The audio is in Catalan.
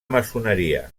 maçoneria